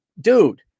dude